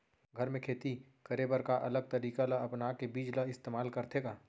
घर मे खेती करे बर का अलग तरीका ला अपना के बीज ला इस्तेमाल करथें का?